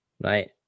right